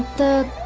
the